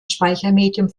speichermedium